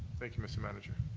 thank you, mr. manager.